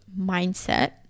mindset